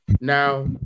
Now